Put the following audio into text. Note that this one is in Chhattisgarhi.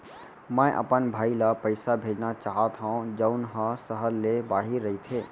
मै अपन भाई ला पइसा भेजना चाहत हव जऊन हा सहर ले बाहिर रहीथे